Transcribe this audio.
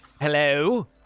Hello